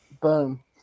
Boom